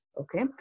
okay